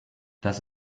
das